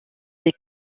des